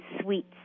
sweets